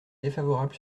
défavorable